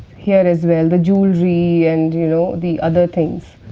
here as well, the jewellery and you know the other things.